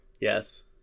Yes